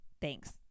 Thanks